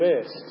best